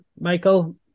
Michael